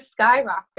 skyrocketing